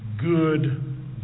good